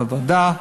בוועדה,